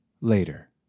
Later